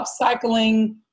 upcycling